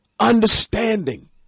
understanding